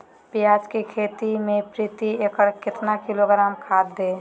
प्याज की खेती में प्रति एकड़ कितना किलोग्राम खाद दे?